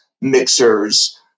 mixers